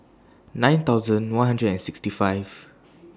nine thousand one hundred and sixty five